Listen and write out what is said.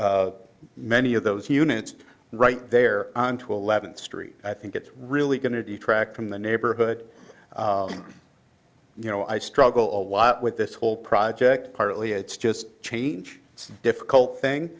for many of those units right there onto eleventh street i think it's really going to detract from the neighborhood you know i struggle a lot with this whole project partly it's just change it's a difficult thing